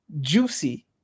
juicy